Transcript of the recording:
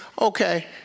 Okay